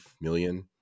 million